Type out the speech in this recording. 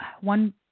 one